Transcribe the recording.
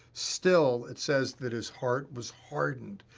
still, it says that his heart was hardened,